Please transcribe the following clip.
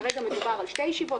כרגע מדובר על שתי ישיבות,